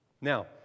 Now